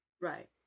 right